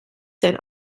sein